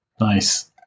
Nice